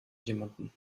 jemanden